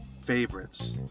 favorites